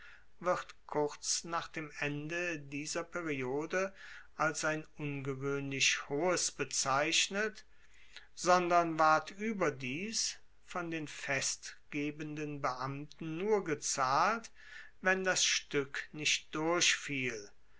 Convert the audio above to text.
wird kurz nach dem ende dieser periode als ein ungewoehnlich hohes bezeichnet sondern ward ueberdies von den festgebenden beamten nur gezahlt wenn das stueck nicht